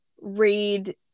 read